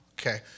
okay